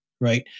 Right